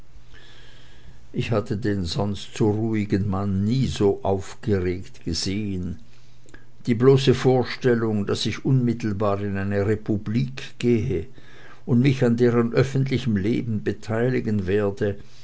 ich hatte den sonst so ruhigen mann nie so aufgeregt gesehen die bloße vorstellung daß ich unmittelbar in eine republik gehe und mich an deren öffentlichem leben beteiligen werde